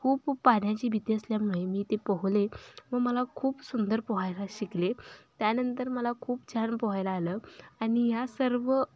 खूप पाण्याची भीती असल्यामुळे मी ते पोहले व मला खूप सुंदर पोहायला शिकले त्यानंतर मला खूप छान पोहायला आलं आणि ह्या सर्व